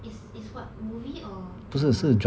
is is what movie or drama